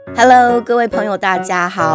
Hello,各位朋友大家好